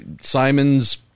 Simon's